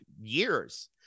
years